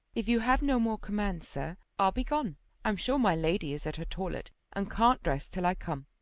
if you have no more commands, sir, i'll be gone i'm sure my lady is at her toilet, and can't dress till i come.